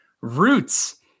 roots